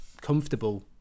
comfortable